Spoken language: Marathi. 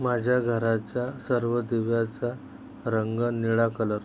माझ्या घराच्या सर्व दिव्याचा रंग निळा कलर